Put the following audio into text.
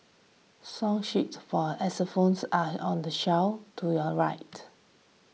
song sheets for xylophones are on the shelf to your right